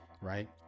Right